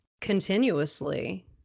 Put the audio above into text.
continuously